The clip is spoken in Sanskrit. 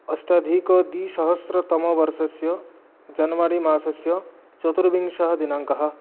अष्टाधिकद्विसहस्रतमवर्षस्य जन्वरि मासस्य चतुर्विंशः दिनाङ्कः